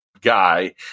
guy